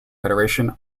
federation